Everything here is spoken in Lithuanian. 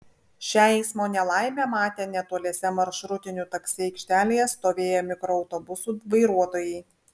šią eismo nelaimę matė netoliese maršrutinių taksi aikštelėje stovėję mikroautobusų vairuotojai